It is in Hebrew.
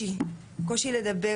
תחושה של נרדפות,